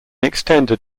extended